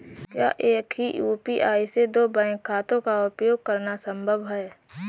क्या एक ही यू.पी.आई से दो बैंक खातों का उपयोग करना संभव है?